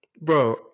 bro